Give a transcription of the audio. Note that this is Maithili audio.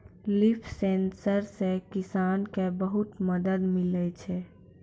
लिफ सेंसर से किसान के बहुत मदद मिलै छै